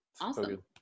Awesome